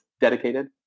dedicated